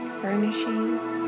furnishings